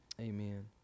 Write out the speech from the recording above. Amen